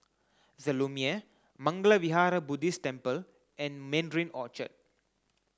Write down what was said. the Lumiere Mangala Vihara Buddhist Temple and Mandarin Orchard